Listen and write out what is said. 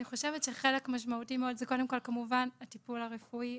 אני חושבת שחלק משמעותי מאוד זה קודם כל הטיפול הרפואי.